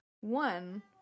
One